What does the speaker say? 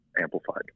amplified